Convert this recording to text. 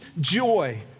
joy